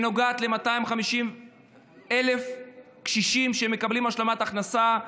שנוגעת ל-250,000 קשישים שמקבלים השלמת הכנסה,